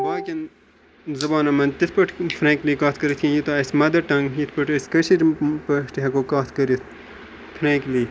باقیَن زُبانَن مَنٛز تِتھ پٲٹھۍ فرینٛکلی کَتھ کٔرِتھ کینٛہہ یوٗتاہ اَسہِ مَدَر ٹَنٛگ یِتھ پٲٹھۍ أسۍ کٲشرۍ پٲٹھۍ ہیٚکو کٔرٕتھ فرینٛکلی